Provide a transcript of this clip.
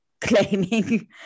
claiming